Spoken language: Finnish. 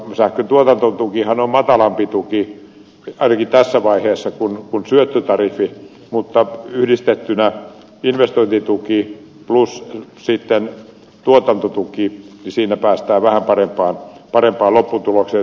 sähkön tuotantotukihan on matalampi tuki ainakin tässä vaiheessa kuin syöttötariffi mutta jos yhdistetään investointituki plus sitten tuotantotuki niin siinä päästään vähän parempaan lopputulokseen